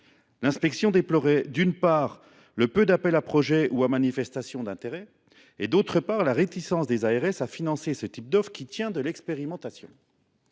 Elle déplorait, d’une part, le peu d’appels à projet ou à manifestation d’intérêt et, d’autre part, la réticence des ARS à financer ce type d’offre, qui tient de l’expérimentation.